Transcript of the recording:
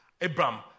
Abraham